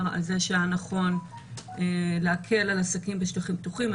על זה שהיה נכון להקל על עסקים בשטחים פתוחים.